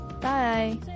Bye